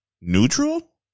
neutral